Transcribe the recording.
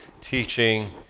teaching